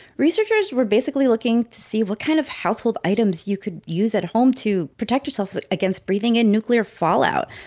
researchers were basically looking to see what kind of household items you could use at home to protect yourself like against breathing in nuclear fallout.